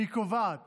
והיא קובעת